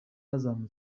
neza